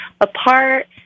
apart